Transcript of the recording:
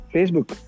Facebook